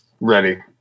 ready